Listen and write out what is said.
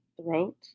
throat